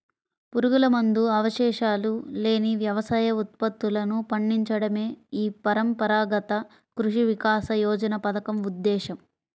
పురుగుమందు అవశేషాలు లేని వ్యవసాయ ఉత్పత్తులను పండించడమే ఈ పరంపరాగత కృషి వికాస యోజన పథకం ఉద్దేశ్యం